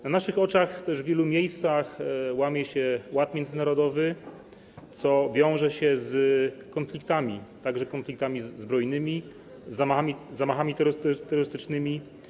Na naszych oczach w wielu miejscach łamie się ład międzynarodowy, co wiąże się z konfliktami, także konfliktami zbrojnymi, zamachami terrorystycznymi.